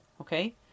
okay